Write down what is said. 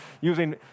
using